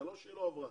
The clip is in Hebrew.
זה לא שהיא לא עברה